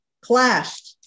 clashed